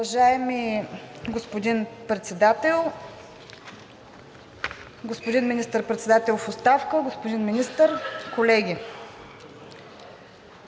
Уважаеми господин Председател, господин Министър-председател в оставка, господин Министър, колеги!